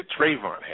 Trayvon